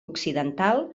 occidental